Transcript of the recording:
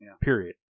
Period